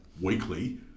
weekly